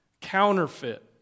counterfeit